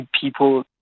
people